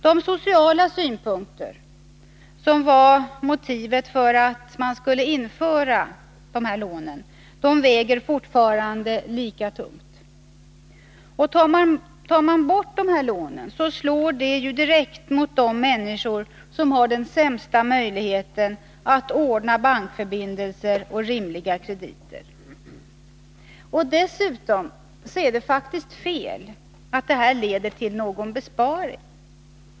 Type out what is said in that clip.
De sociala synpunkter som var motivet för att införa dessa lån väger fortfarande lika tungt. Och tar man bort lånen slår det direkt mot de människor som har den sämsta möjligheten att ordna bankförbindelser och rimliga krediter. Dessutom är det faktiskt fel att det skulle leda till någon besparing.